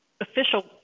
official